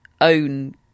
own